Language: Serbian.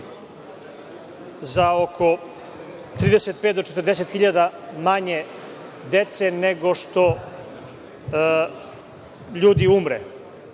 za oko 35.000 do 40.000 manje dece nego što ljudi umre,